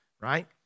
right